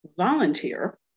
volunteer